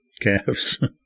calves